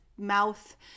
mouth